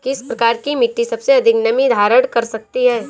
किस प्रकार की मिट्टी सबसे अधिक नमी धारण कर सकती है?